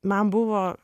man buvo